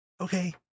Okay